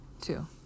Two